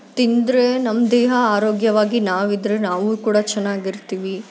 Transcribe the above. ತಿಂದರೆ ನಮ್ಮ ದೇಹ ಆರೋಗ್ಯವಾಗಿ ನಾವು ಇದ್ದರೆ ನಾವೂ ಕೂಡ ಚೆನ್ನಾಗಿರ್ತೀವಿ